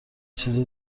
چیز